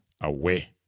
away